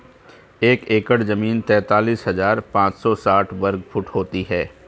एक एकड़ जमीन तैंतालीस हजार पांच सौ साठ वर्ग फुट होती है